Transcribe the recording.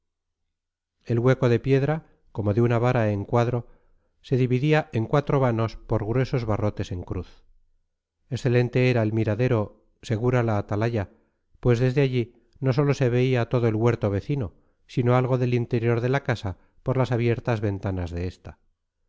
el hueco de piedra como de una vara en cuadro se dividía en cuatro vanos por gruesos barrotes en cruz excelente era el miradero segura la atalaya pues desde allí no sólo se veía todo el huerto vecino sino algo del interior de la casa por las abiertas ventanas de esta